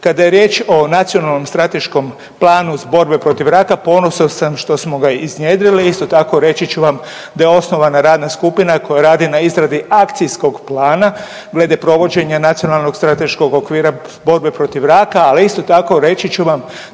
Kada je riječ o Nacionalnom strateškom planu borbe protiv raka ponosan sam što smo ga iznjedrili. Isto tako reći ću vam da je osnovana radna skupina koja radi na izradi akcijskog plana glede provođenja Nacionalnog strateškog okvira borbe protiv raka, ali isto tako reći ću vam